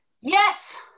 Yes